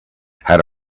had